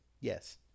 Yes